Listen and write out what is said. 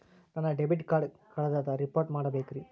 ನನ್ನ debit card ಕಳ್ದದ report ಮಾಡಬೇಕ್ರಿ